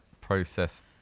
processed